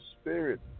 Spirit